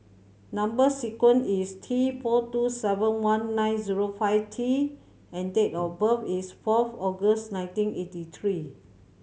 number sequence is T four two seven one nine zero five T and date of birth is fourth August nineteen eighty three